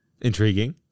Intriguing